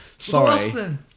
sorry